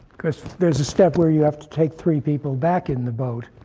there's a step where you have to take three people back in the boat,